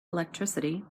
electricity